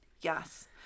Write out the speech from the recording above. Yes